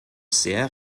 sehr